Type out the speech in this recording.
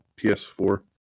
PS4